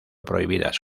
prohibidas